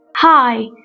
Hi